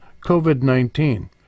COVID-19